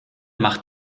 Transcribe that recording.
macht